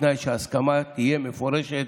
בתנאי שההסכמה תהיה מפורשת,